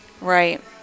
Right